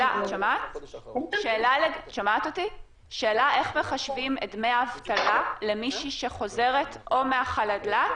השאלה היא איך מחשבים את דמי האבטלה למישהי שחוזרת מחל"ת